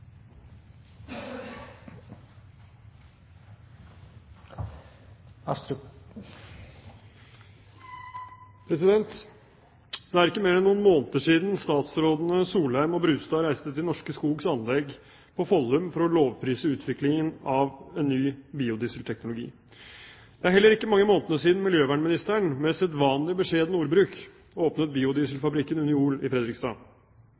minutter. Det er ikke mer enn noen måneder siden statsrådene Solheim og Brustad reiste til Norske Skogs anlegg på Follum for å lovprise utviklingen av ny biodieselteknologi. Det er heller ikke mange månedene siden miljøvernministeren, med sedvanlig beskjeden ordbruk, åpnet biodieselfabrikken Uniol i Fredrikstad.